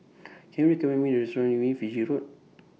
Can YOU recommend Me A Restaurant near Fiji Road